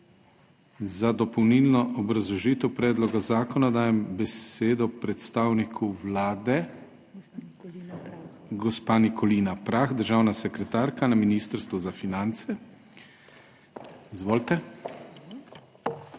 Za dopolnilno obrazložitev predloga zakona dajem besedo predstavniku Vlade. Gospa Nikolina Prah, državna sekretarka na Ministrstvu za finance, izvolite.